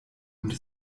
und